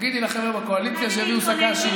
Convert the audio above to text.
תגידי לחבר'ה בקואליציה שיביאו שק"שים.